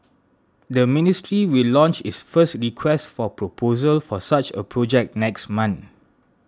the ministry will launch its first Request for Proposal for such a project next month